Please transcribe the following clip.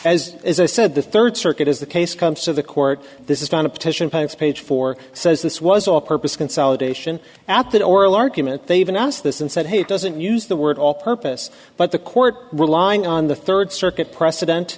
as as i said the third circuit is the case comes to the court this is not a petition page for says this was all purpose consolidation at the oral argument they even asked this and said hey it doesn't used the word all purpose but the court relying on the third circuit precedent